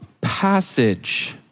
passage